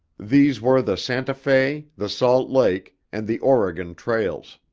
these were the santa fe, the salt lake, and the oregon trails.